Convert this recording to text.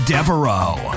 Devereaux